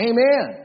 Amen